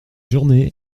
journée